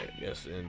yes